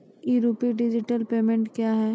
ई rupee digital payment क्या हैं?